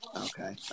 Okay